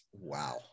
wow